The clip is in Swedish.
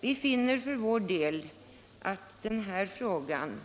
Vi finner för vår del att den här frågan